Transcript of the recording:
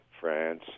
France